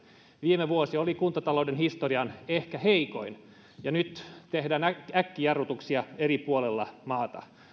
viime vuosi oli kuntatalouden historian ehkä heikoin ja nyt tehdään äkkijarrutuksia eri puolilla maata